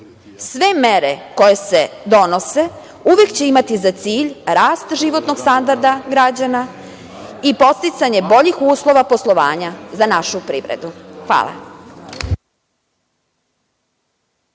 mere koje se donose uvek će imati za cilj rast životnog standarda građana i podsticanje boljih uslova poslovanja za našu privredu. Hvala.